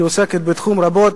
שעוסקת בתחום רבות,